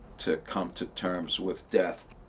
to come to terms with death,